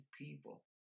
people